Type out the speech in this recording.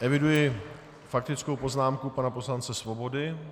Eviduji faktickou poznámku pana poslance Svobody.